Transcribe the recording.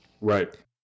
Right